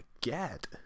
get